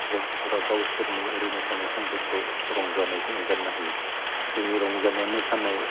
गथ'फ्रा गावसोरनि ओरैनो थानाय समफोरखौ रंजानायजों एगारना होयो जोंनि रंजानाया मोसानाय